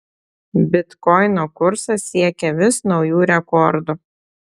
bitkoino kursas siekia vis naujų rekordų